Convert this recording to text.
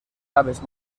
aves